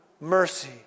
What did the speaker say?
mercy